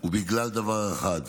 הוא בגלל דבר אחד,